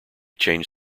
changed